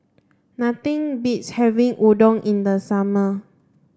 nothing beats having Udon in the summer